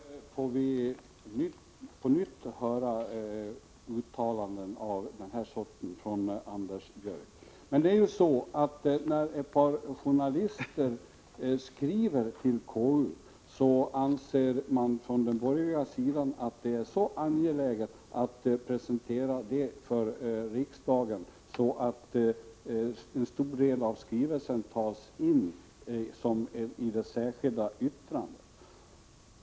Fru talman! Här får vi på nytt höra uttalanden av denna sort från Anders Björck. När ett par journalister skriver till KU anser man på den borgerliga sidan att det är så angeläget att presentera det för riksdagen att en stor del av skrivelsen tas in i det särskilda yttrandet.